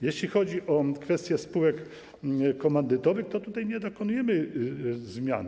Jeśli chodzi o kwestię spółek komandytowych, to tutaj nie dokonujemy zmian.